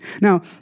Now